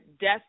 death